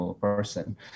person